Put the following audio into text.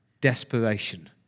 desperation